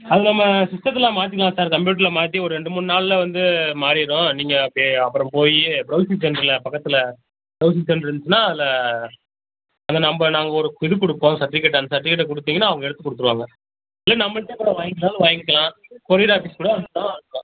அது நம்ம சிஸ்டத்தில் மாற்றிக்கிலாம் சார் கம்ப்யூட்டரில் மாற்றி ஒரு ரெண்டு மூணு நாளில் வந்து மாறிடும் நீங்கள் பே அப்புறம் போய் ப்ரௌசிங் சென்டரில் பக்கத்தில் ப்ரௌசிங் சென்டர் இருந்துச்சின்னால் அதில் அதில் நம்ம நாங்கள் ஒரு இது கொடுப்போம் சர்டிவிக்கேட் அந்த சர்டிவிக்கேட்ட கொடுத்தீங்கன்னா அவங்க எடுத்துக் கொடுத்துருவாங்க இல்லை நம்மள்ட்ட கூட வாங்கிக்கலாம்னாலும் வாங்கிக்கலாம் கொரியர் ஆஃபிஸ் கூட அங்கே தான்